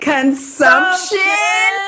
Consumption